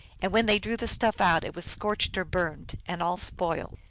and when they drew the stuff out it was scorched or burned, and all spoiled.